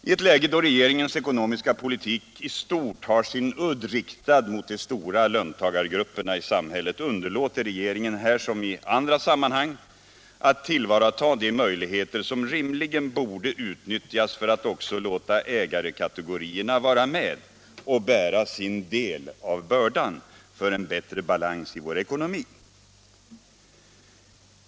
I en situation där regeringens ekonomiska politik i stort sett har sin udd riktad mot de stora löntagargrupperna i samhället underlåter regeringen här som i andra sammanhang att tillvarata de möjligheter som rimligen borde utnyttjas för att också låta ägarkategorierna vara med och bära sin del av bördan för en bättre balans i vår ekonomi.